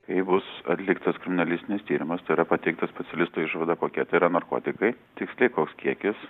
kai bus atliktas žurnalistinis tyrimas tai yra pateikta specialisto išvada kokie tai yra narkotikai tiksliai koks kiekis